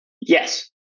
Yes